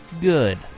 good